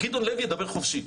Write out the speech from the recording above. גדעון לוי ידבר חופשי,